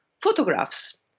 photographs